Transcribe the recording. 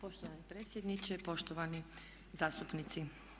Poštovani predsjedniče, poštovani zastupnici.